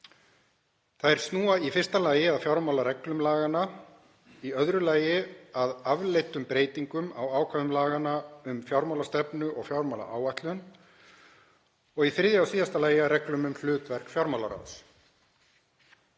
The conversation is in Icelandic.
Þær snúa í fyrsta lagi að fjármálareglum laganna, í öðru lagi að afleiddum breytingum á ákvæðum laganna um fjármálastefnu og fjármálaáætlun og í þriðja og síðasta lagi að reglum um hlutverk fjármálaráðs.